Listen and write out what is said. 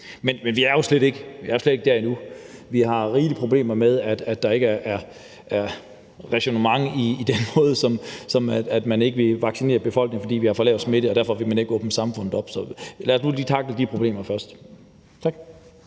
Men vi er jo slet ikke der endnu. Vi har rigeligt med problemer med, at der ikke er ræsonnement i det her med, at man ikke vil vaccinere befolkningen, fordi der er for lav smitte, og derfor ikke vil åbne samfundet op. Så lad os nu lige tackle de problemer først. Tak.